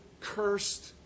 cursed